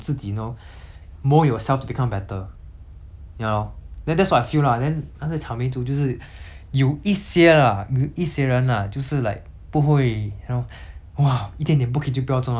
ya lor then that's what I feel lah then 那个草莓族就是有一些 lah 有一些人 lah 就是 like 不会 you know !wah! 一点点不可以就不要做那种有一些人就是 like !wah! 做做一直做一直做 hor 就是做不好